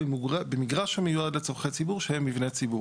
במגרש שמיועד לצורכי ציבור שהם מבני ציבור.